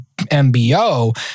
MBO